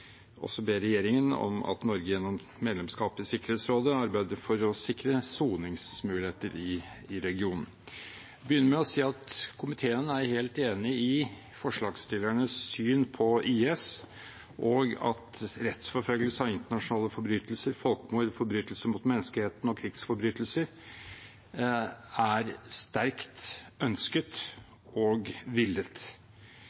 også ber regjeringen om at Norge gjennom medlemskap i Sikkerhetsrådet arbeider for å sikre soningsmuligheter i regionen. Jeg vil begynne med å si at komiteen er helt enig i forslagsstillernes syn på IS, og at rettsforfølgelse av internasjonale forbrytelser, folkemord, forbrytelser mot menneskeheten og krigsforbrytelser er sterkt ønsket